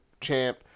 champ